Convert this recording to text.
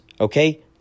Okay